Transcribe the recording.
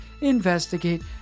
investigate